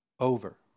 Over